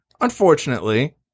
unfortunately –